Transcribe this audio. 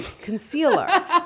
concealer